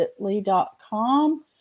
Bitly.com